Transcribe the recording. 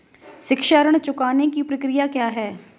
शिक्षा ऋण चुकाने की प्रक्रिया क्या है?